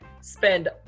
spend